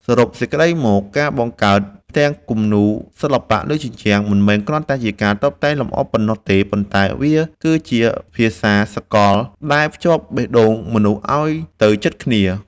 សរុបសេចក្ដីមក ការបង្កើតផ្ទាំងគំនូរសិល្បៈលើជញ្ជាំង មិនមែនគ្រាន់តែជាការតុបតែងលម្អប៉ុណ្ណោះទេ ប៉ុន្តែវាគឺជា ភាសាសកល ដែលភ្ជាប់បេះដូងមនុស្សឱ្យទៅជិតគ្នា។